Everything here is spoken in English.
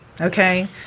okay